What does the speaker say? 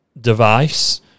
device